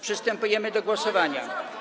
Przystępujemy do głosowania.